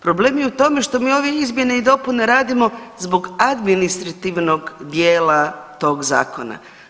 Problem je u tome što mi ove izmjene i dopune radimo zbog administrativnog dijela tog Zakona.